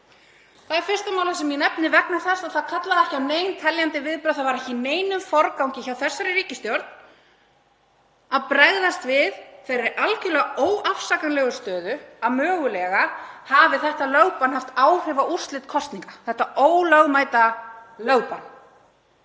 Það er fyrsta málið sem ég nefni vegna þess að það kallaði ekki á nein teljandi viðbrögð. Það var ekki í neinum forgangi hjá þessari ríkisstjórn að bregðast við þeirri algjörlega óafsakanlegu stöðu að mögulega hafi þetta lögbann haft áhrif á úrslit kosninga, þetta ólögmæta lögbann.